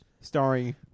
starring